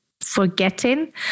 forgetting